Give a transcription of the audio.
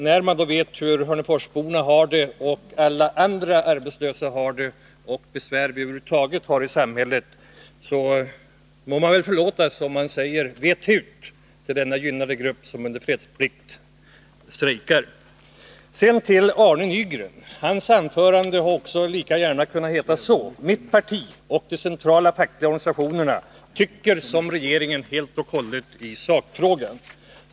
När man vet hur hörneforsborna har det och hur alla andra arbetslösa har det, och när man är medveten om vilka besvär vi över huvud taget har i samhället, må det väl förlåtas mig om jag säger till den gynnade grupp som trots fredsplikt strejkar: Vet hut! Så några ord till Arne Nygren. Arne Nygrens anförande hade lika gärna kunnat gå ut på följande: Mitt parti och de centrala fackliga organisationerna tycker helt och hållet som regeringen i sakfrågan.